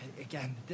Again